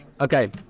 Okay